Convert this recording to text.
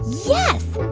yes.